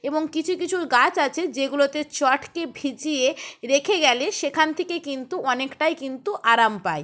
এবং কিছু কিছু গাছ আছে যেগুলোতে চটকে ভিজিয়ে রেখে গেলে সেখান থেকে কিন্তু অনেকটাই কিন্তু আরাম পায়